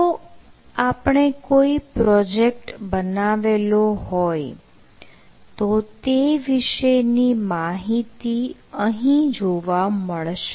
જો આપણે કોઈ પ્રોજેક્ટ બનાવેલો હોય તો તે વિશેની માહિતી અહીં જોવા મળશે